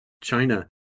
China